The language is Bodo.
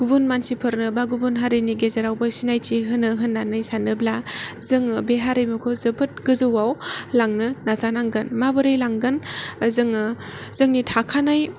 गुबुन मानसिफोरनोबा गुबुन हारिनि गेजेरावबो सिनायथि होनो होननानै सानोब्ला जोङो बे हारिमुखौ जोबोद गोजौआव लांनो नाजानांगोन माबोरै लांगोन जोङो जोंनि थाखानाय